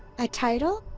a title?